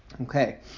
Okay